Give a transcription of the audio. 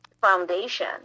foundation